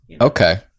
Okay